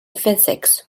physics